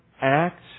act